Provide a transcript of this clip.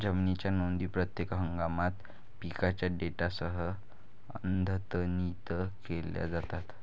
जमिनीच्या नोंदी प्रत्येक हंगामात पिकांच्या डेटासह अद्यतनित केल्या जातात